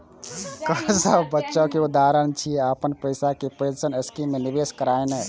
कर सं बचावक उदाहरण छियै, अपन पैसा कें पेंशन स्कीम मे निवेश करनाय